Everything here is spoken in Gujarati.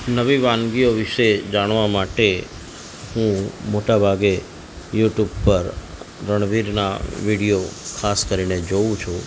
નવી વાનગીઓ વિશે જાણવા માટે હું મોટા ભાગે યુટ્યુબ પર રણવીરના વિડીયો ખાસ કરીને જોવું છું